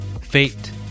fate